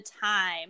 time